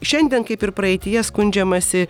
šiandien kaip ir praeityje skundžiamasi